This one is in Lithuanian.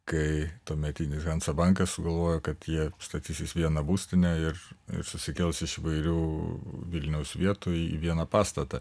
kai tuometinis hansa bankas sugalvojo kad jie statysis vieną būstinę ir susikels iš įvairių vilniaus vietų į vieną pastatą